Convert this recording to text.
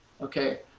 okay